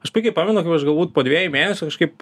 aš puikiai pamenu kaip aš galbūt po dviejų mėnesių kažkaip